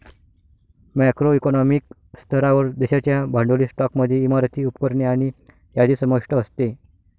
macro economic स्तरावर, देशाच्या भांडवली स्टॉकमध्ये इमारती, उपकरणे आणि यादी समाविष्ट असते